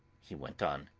he went on